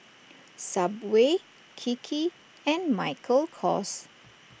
Subway Kiki and Michael Kors